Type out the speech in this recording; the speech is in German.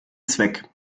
zweck